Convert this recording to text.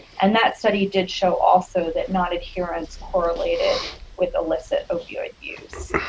and that study did show also that non-adherence correlated with illicit opioid use.